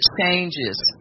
changes